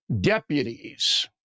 deputies